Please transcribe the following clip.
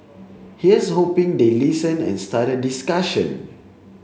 here's hoping they listen and start a discussion